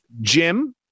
Jim